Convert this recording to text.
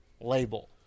label